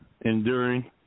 enduring